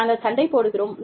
நாங்கள் சண்டை போடுகிறோம்